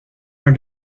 are